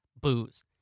Booze